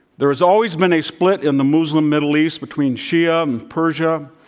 there's always been a split in the muslim middle east between shia um persia,